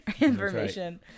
information